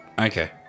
Okay